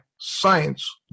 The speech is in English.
science